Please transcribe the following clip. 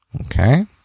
Okay